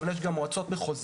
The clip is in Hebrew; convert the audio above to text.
אבל יש גם מועצות מחוזיות,